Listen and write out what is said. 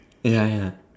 ya ya